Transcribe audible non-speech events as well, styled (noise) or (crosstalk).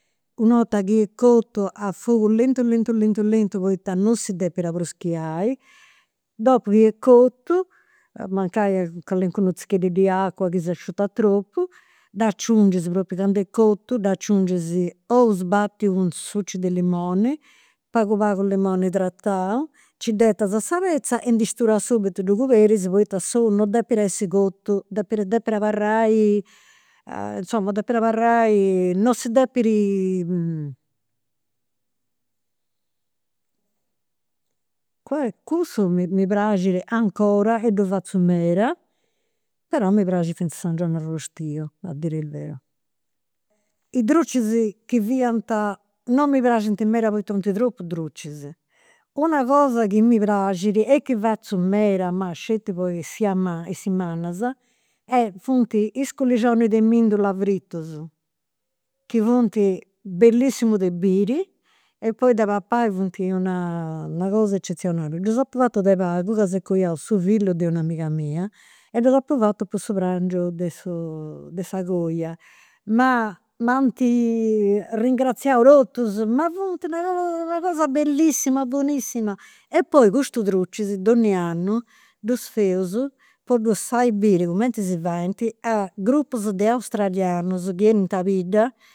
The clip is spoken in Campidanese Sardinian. U' 'orta chi est (unintelligible) a fogu lentu lentu lentu lentu, poita non si depit abruschinai. Dopu chi est cotu, mancai calincunu tzicheddedd'i acua, chi s'asciutat tropu, (unintelligible) propriu cand'est cotu dd'aciungis ous sbatius cun succi de limonu, pagu pagu limoni tratau, nci dd'etas a sa petza e ndi studas subitu, ddu coberis poita s'ou non depit essi cotu, depit abarrai, (hesitation) non si depit. (hesitation) Cussu mi praxit 'ncora e ddu fatzu meda, però mi praxit finzas s'angioni arrustiu, a dire il vero. I drucis chi fiant non mi praxint meda poita funt tropu drucis. Una cosa chi mi praxit, e chi fatzu meda, ma sceti po is (hesitation) is festas mannas, e funt is culirgionis de mendula fritus, chi funt bellissimus de biri e poi de papai funt una, funt una cosa eccezionali. Ddus apu fatus de pagu ca s'est coiau su fillu de una amiga mia. E ddus apu fatus po su prangiu de su (hesitation) de sa coia. Ma m'ant ringraziau totus, ma funt (noise) una cosa bellissima buonissima. E poi custus drucis, donni'annu (unintelligible) po ddus fai biri cumenti si faint a grupus de australianus chi 'enint a bidda